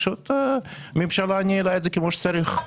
פשוט הממשלה ניהלה את זה כמו שצריך.